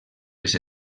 les